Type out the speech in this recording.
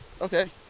Okay